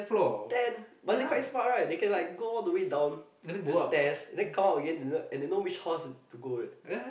ten but they quite smart right they can like go all the way down the stairs then come up again they know and then they know which house to go eh